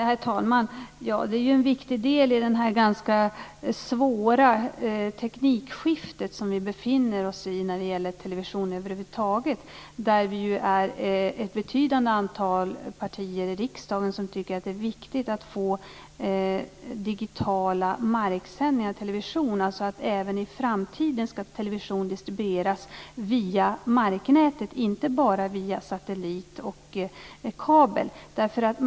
Herr talman! Detta är ju en viktig del i det ganska svåra teknikskifte som vi befinner oss i när det gäller televisionen över huvud taget. Vi är ju ett betydande antal partier i riksdagen som tycker att det är viktigt att få digitala marksändningar av television. Även i framtiden ska television distribueras via marknätet, inte bara via satellit och kabel.